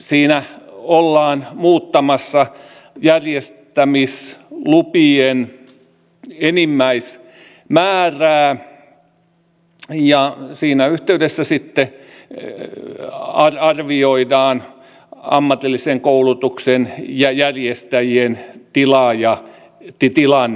siinä ollaan muuttamassa järjestämislupien enimmäismäärää ja siinä yhteydessä sitten arvioidaan ammatillisen koulutuksen ja järjestäjien tilaa ja tilannetta